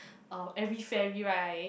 uh every fairy right